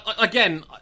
again